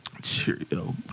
Cheerio